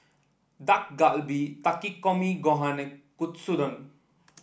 Dak Galbi Takikomi Gohan and Katsudon